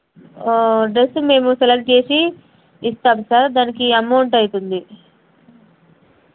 dress మేము select చేసి ఇస్తాం సార్ దానికి అమౌంట్ అవుతుంది